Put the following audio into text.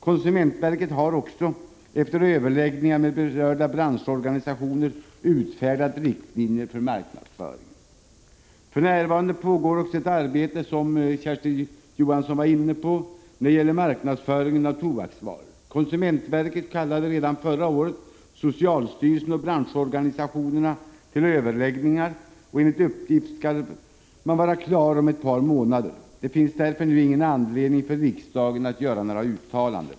Konsumentverket har också efter överläggningar med berörda branschorganisationer utfärdat riktlinjer för marknadsföringen. För närvarande pågår också, vilket Kersti Johansson var inne på, ett arbete beträffande marknadsföringen av tobaksvaror. Redan förra året kallade konsumentverket, socialstyrelsen och branschorganisationerna till överläggningar, och enligt uppgift skall man vara klar om några månader. Det finns därför ingen anledning för riksdagen att nu göra något uttalande.